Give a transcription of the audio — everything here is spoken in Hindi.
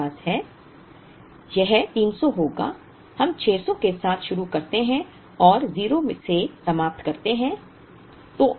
यह 300 होगा हम 600 के साथ शुरू करते हैं और 0 से समाप्त करते हैं